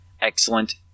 excellent